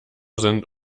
sind